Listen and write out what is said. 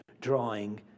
drawing